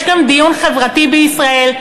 יש גם דיון חברתי בישראל.